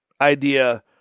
idea